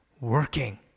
working